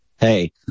Hey